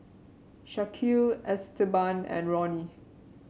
Shaquille Esteban and Ronny